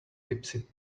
tipsy